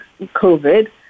COVID